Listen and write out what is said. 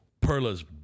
Perla's